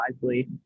wisely